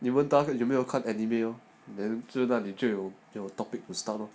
你问他有没有看 anime lor then 最大的就有 topic to start lor